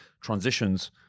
transitions